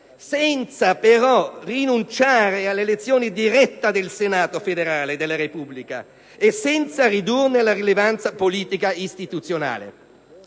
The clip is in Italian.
senza però rinunciare all'elezione diretta del Senato federale della Repubblica e senza ridurne la rilevanza politico-istituzionale.